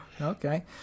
Okay